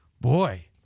Boy